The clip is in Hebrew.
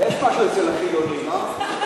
יש משהו אצל החילונים, אה?